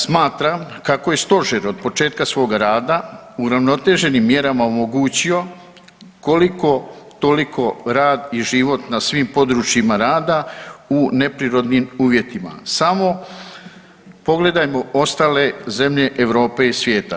Smatram kako je stožer od početka svoga rada uravnoteženim mjerama omogućio koliko toliko rad i život na svim područjima rada u neprirodnim uvjetima, samo pogledajmo ostale zemlje Europe i svijeta.